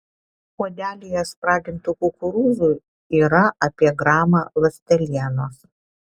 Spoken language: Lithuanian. puodelyje spragintų kukurūzų yra apie gramą ląstelienos